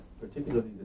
particularly